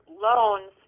loans